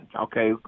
Okay